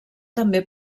també